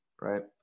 Right